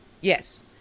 Yes